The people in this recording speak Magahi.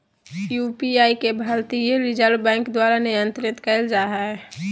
यु.पी.आई के भारतीय रिजर्व बैंक द्वारा नियंत्रित कइल जा हइ